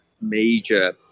major